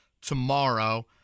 tomorrow